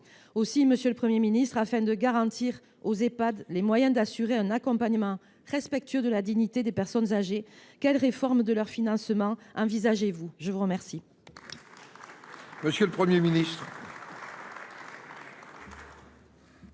Aussi, monsieur le Premier ministre, afin de garantir aux Ehpad les moyens d’assurer un accompagnement respectueux de la dignité des personnes âgées, quelle réforme de leur financement envisagez vous ? La parole